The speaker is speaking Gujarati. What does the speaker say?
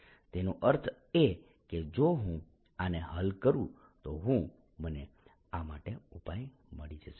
તેનો અર્થ એ કે જો હું આને હલ કરું તો હું મને આ માટેનો ઉપાય મળી જશે